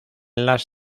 las